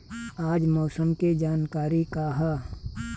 आज मौसम के जानकारी का ह?